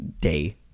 day